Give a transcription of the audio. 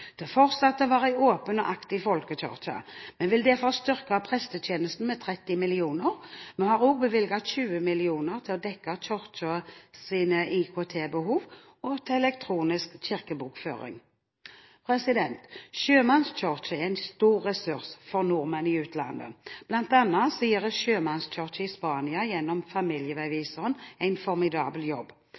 til fortsatt å være en åpen og aktiv folkekirke. Vi vil derfor styrke prestetjenesten med 30 mill. kr. Vi har også bevilget 20 mill. kr til å dekke Kirkens IKT-behov og til elektronisk kirkebokføring. Sjømannskirken er en stor ressurs for nordmenn i utlandet. Blant annet gjør sjømannskirken i Spania, gjennom Familieveiviseren, en formidabel jobb